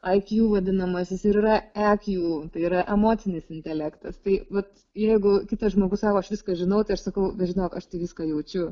aik ju vadinamasis yra ek ju tai yra emocinis intelektas tai vat jeigu kitas žmogus sako aš viską žinau tai aš sakau bet žinok aš tai viską jaučiu